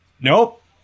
Nope